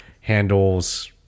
handles